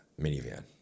minivan